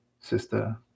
sister